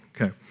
Okay